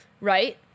Right